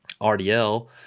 RDL